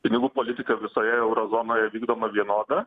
pinigų politika visoje euro zonoje vykdoma vienoda